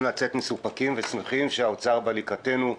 לצאת מסופקים ושמחים שמשרד האוצר בא לקראתנו.